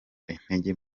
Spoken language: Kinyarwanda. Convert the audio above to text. intege